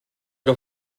que